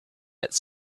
its